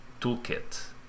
toolkit